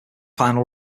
final